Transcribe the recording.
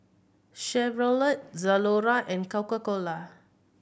Chevrolet Zalora and Coca Cola